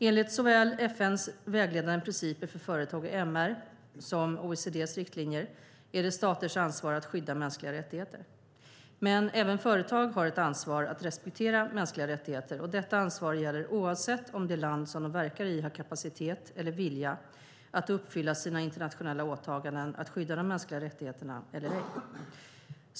Enligt såväl FN:s vägledande principer för företag och MR som OECD:s riktlinjer är det staters ansvar att skydda mänskliga rättigheter. Men även företag har ett ansvar att respektera mänskliga rättigheter, och detta ansvar gäller oavsett om det land som de verkar i har kapacitet eller vilja att uppfylla sina internationella åtaganden att skydda de mänskliga rättigheterna eller ej.